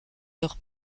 leur